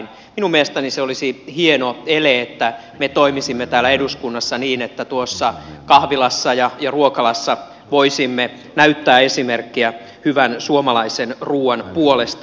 minun mielestäni se olisi hieno ele että me toimisimme täällä eduskunnassa niin että tuossa kahvilassa ja ruokalassa voisimme näyttää esimerkkiä hyvän suomalaisen ruuan puolesta